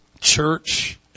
church